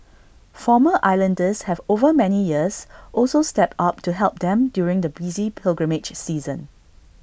former islanders have over many years also stepped up to help them during the busy pilgrimage season